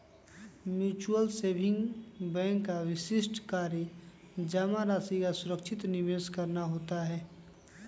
mutual saving bank का विशिष्ट कार्य जमा राशि का सुरक्षित निवेश करना होता है